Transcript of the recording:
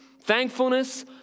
thankfulness